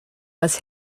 was